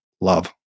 love